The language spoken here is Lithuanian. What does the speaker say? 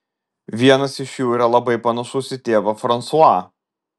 vienas iš jų yra labai panašus į tėvą fransuą